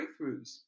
breakthroughs